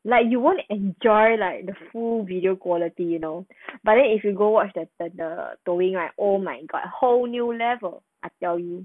like you won't enjoy like the full video quality you know but then if you go watch that the the 抖音 right oh my god whole new level I tell you